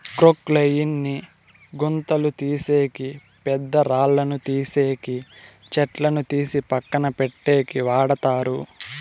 క్రొక్లేయిన్ ని గుంతలు తీసేకి, పెద్ద పెద్ద రాళ్ళను తీసేకి, చెట్లను తీసి పక్కన పెట్టేకి వాడతారు